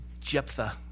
Jephthah